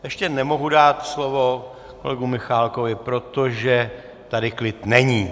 Ještě nemohu dát slovo kolegovi Michálkovi, protože tady klid není...